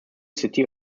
city